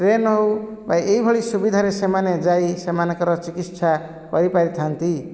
train ହେଉ ବା ଏହିଭଳି ସୁବିଧାରେ ସେମାନେ ଯାଇ ସେମାନଙ୍କର ଚିକିତ୍ସା କରିପାରିଥାନ୍ତି